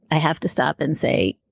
i have to stop and say,